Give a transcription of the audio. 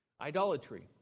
Idolatry